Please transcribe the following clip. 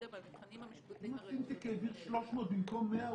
במבחנים המשפטיים --- אם הפינטק העביר 300 במקום 100,